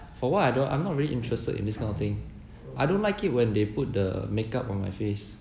for what I don't I'm not really interested in this kind of thing I don't like it when they put the make-up on my face